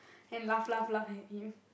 and laugh laugh laugh he